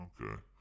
okay